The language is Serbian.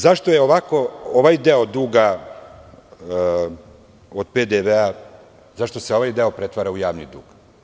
Zašto je ovaj deo duga od PDV, zašto se ovaj deo pretvara u javni dug?